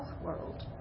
world